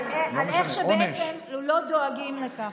על איך שבעצם לא דואגים לכך.